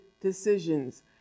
decisions